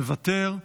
מוותר.